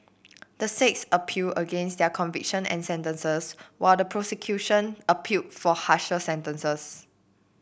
the six appealed against their convictions and sentences while the prosecution appealed for harsher sentences